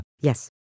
yes